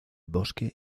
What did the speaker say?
bosque